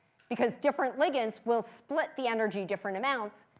because different ligands will split the energy different amounts,